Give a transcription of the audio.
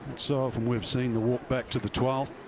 so often we've seen the walk back to the